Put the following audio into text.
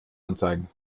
anzeigen